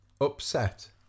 Upset